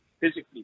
physically